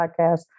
podcast